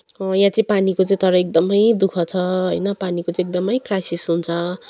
यहाँ चाहिँ पानीको चाहिँ तर एकदमै दुःख छ होइन पानीको चाहिँ एकदमै क्राइसिस हुन्छ